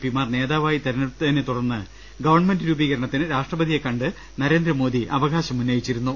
P Mar നേതാവായി തെരഞ്ഞെടുത്തിനെത്തുടർന്ന് government രൂപീകരണത്തിന് രാഷ്ട്രപതിയെ കണ്ട് നരേന്ദ്രമോദി അവകാശം ഉന്നയിച്ചിരുന്നു